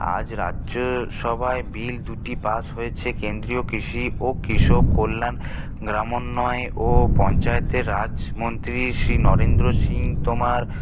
আজ রাজ্য সভায় বিল দুটি পাস হয়েছে কেন্দ্রীয় কৃষি ও কৃষক কল্যাণ গ্রামোন্নয় ও পঞ্চায়েতের রাজমন্ত্রী শ্রী নরেন্দ্র সিং তোমার